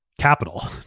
capital